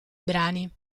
brani